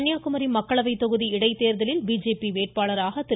கன்னியாகுமரி மக்களவைத் தொகுதி இடைத்தேர்தலில் பிஜேபி வேட்பாளராக திரு